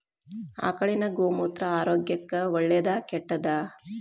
ಆಕಳಿನ ಗೋಮೂತ್ರ ಆರೋಗ್ಯಕ್ಕ ಒಳ್ಳೆದಾ ಕೆಟ್ಟದಾ?